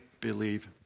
believe